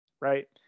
right